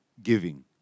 giving